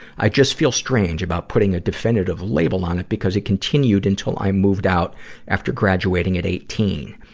i just feel strange about putting a definitive label on it, because it continued until i moved out after graduating at eighteen.